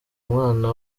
umwana